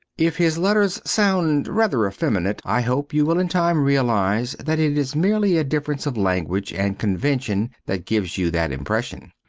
if his letters sound rather effeminate i hope you will in time realize that it is merely a difference of language and convention that gives you that impression.